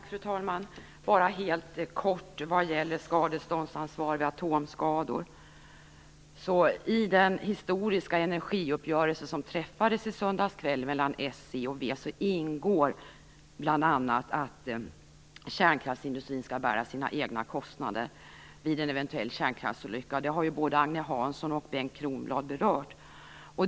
Fru talman! Jag vill bara helt kort ta upp skadeståndsansvar vid atomskador. I den historiska energiuppgörelse som träffades i söndags kväll mellan s, c och v ingår bl.a. att kärnkraftsindustrin skall bära sina egna kostnader vid en eventuell kärnkraftsolycka. Det har både Agne Hansson och Bengt Kronblad berört.